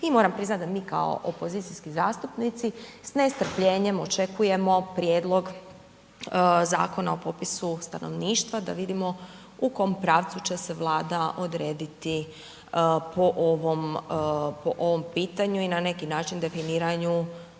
i moram priznati da mi kao opozicijski zastupnici sa nestrpljenjem očekujemo prijedlog Zakona o popisu stanovništva da vidimo u kom pravcu će se Vlada odrediti po ovom pitanju i na neki način definiranju,